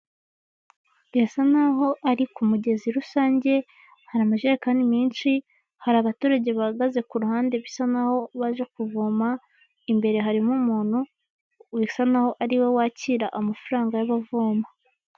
Birasa naho ari ku mugezi rusange, hari amajerekani menshi, hari abaturage bahagaze ku ruhande bisa naho baje kuvoma, imbere harimo umuntu bisa naho ari we wakira amafaranga y'abavoma.